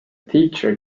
teacher